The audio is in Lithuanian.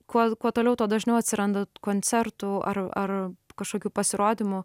kuo kuo toliau tuo dažniau atsiranda koncertų ar ar kažkokių pasirodymų